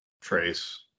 trace